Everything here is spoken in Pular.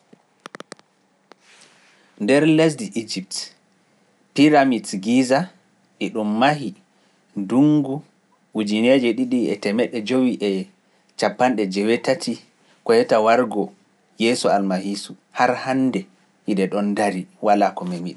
Nder lesdi Egypte, Tiramis Giza e ɗum mahi nduungu ujune e temedde jetati e cappande jenayi e tati (eighteen ninety three) koyata wargo Yeesu Almahisu, hara hannde hiɗe ɗoon darii walaa ko memiɗe.